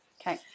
Okay